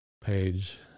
page